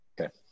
Okay